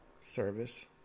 service